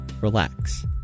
relax